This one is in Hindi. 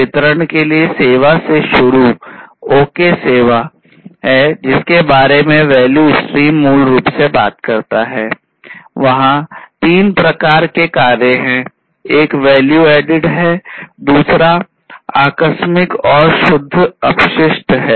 वहाँ तीन प्रकार के कार्य हैं